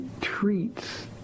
treats